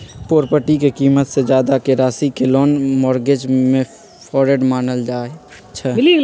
property के कीमत से जादा के राशि के लोन मोर्गज में फरौड मानल जाई छई